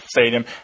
stadium